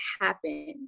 happen